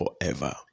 forever